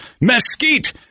mesquite